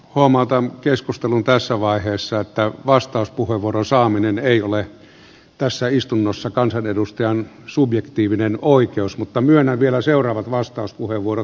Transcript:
huomautan keskustelun tässä vaiheessa että vastauspuheenvuoron saaminen ei ole tässä istunnossa kansanedustajan subjektiivinen oikeus mutta myönnän vielä seuraavat vastauspuheenvuorot